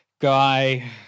guy